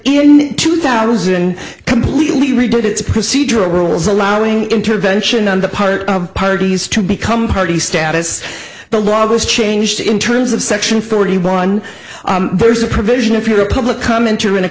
in two thousand completely redid its procedural rules allowing intervention on the part of parties to become party status the law goes changed in terms of section forty one there's a provision if you're a public commenter in a